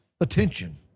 attention